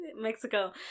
Mexico